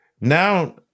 now